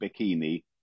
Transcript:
bikini